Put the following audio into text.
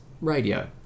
radio